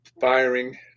firing